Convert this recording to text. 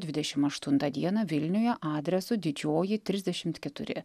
dvidešim aštuntą dieną vilniuje adresu didžioji trisdešimt keturi